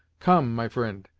come, my fri'nd,